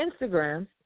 Instagram